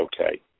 okay